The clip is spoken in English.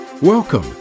Welcome